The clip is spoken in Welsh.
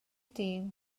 dyn